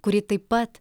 kuri taip pat